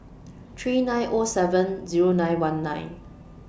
three nine O seven Zero nine one nine